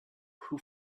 who